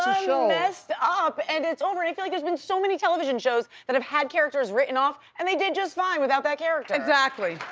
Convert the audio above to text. ah messed up and it's over, i feel like there's been so many television shows that have had characters written off and they did just fine without that character. exactly.